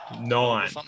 nine